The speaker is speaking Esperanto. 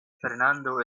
fernando